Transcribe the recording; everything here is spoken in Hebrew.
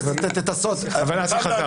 אני חייב